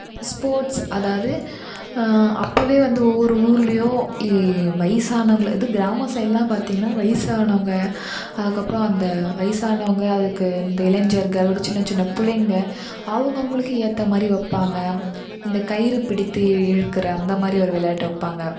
sports அதாவது அப்பவே வந்து ஒவ்வொரு ஊர்லேயோ இ வயசானவுங்கள அதுவும் கிராமம் சைட்லாம் பார்த்திங்கன்னா வயசானவுங்க அதுக்கப்புறோம் அந்த வயசானவுங்க அதுக்கு இந்த இளைஞர்கள் சின்ன சின்ன பிள்ளைங்க அவங்கவுங்களுக்கு ஏற்ற மாதிரி வைப்பாங்க இந்த கயிறு பிடித்து இழு இழுக்கிற அந்த மாதிரி ஒரு விளையாட்டு வைப்பாங்க